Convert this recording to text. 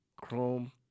chrome